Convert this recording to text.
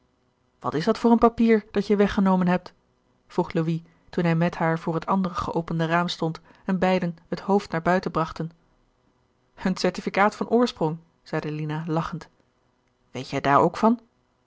wat is dat voor een papier dat je weggenomen hebt vroeg louis toen hij met haar voor het andere geopende raam stond en beiden het hoofd naar buiten brachten een certificaat van oorsprong zeide lina lagchend weet je daar ook van